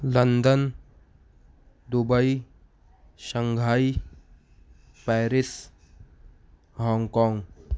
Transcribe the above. London Dubai Shanghai Paris Hong Kong